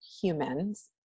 humans